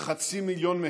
וכחצי מיליון,